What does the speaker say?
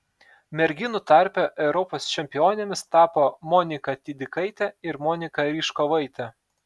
merginų tarpe europos čempionėmis tapo monika tydikaitė ir monika ryžkovaitė